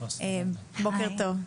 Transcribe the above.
צהריים טובים.